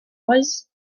was